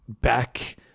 back